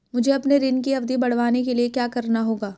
मुझे अपने ऋण की अवधि बढ़वाने के लिए क्या करना होगा?